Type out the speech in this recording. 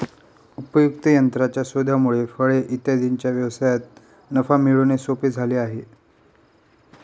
उपयुक्त यंत्राच्या शोधामुळे फळे इत्यादींच्या व्यवसायात नफा मिळवणे सोपे झाले आहे